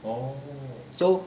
so